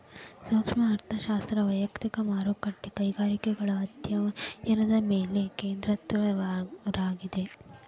ಸೂಕ್ಷ್ಮ ಅರ್ಥಶಾಸ್ತ್ರ ವಯಕ್ತಿಕ ಮಾರುಕಟ್ಟೆ ಕೈಗಾರಿಕೆಗಳ ಅಧ್ಯಾಯನದ ಮೇಲೆ ಕೇಂದ್ರೇಕೃತವಾಗಿರ್ತದ